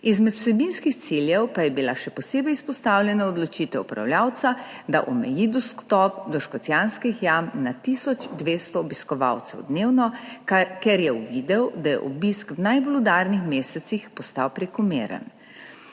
izmed vsebinskih ciljev pa je bila še posebej izpostavljena odločitev upravljavca, da omeji dostop do Škocjanskih jam na tisoč 200 obiskovalcev dnevno, ker je uvidel, da je obisk v najbolj udarnih mesecih postal prekomeren.